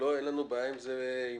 אין לנו בעיה עם האמריקאים?